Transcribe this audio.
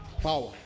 Power